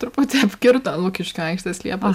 truputį apkirto lukiškių aikštės liepas